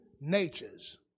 natures